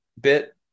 bit